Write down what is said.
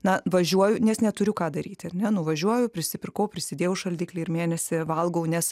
na važiuoju nes neturiu ką daryt ar ne nuvažiuoju prisipirkau prisidėjau šaldiklį ir mėnesį valgau nes